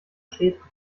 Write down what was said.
schädlich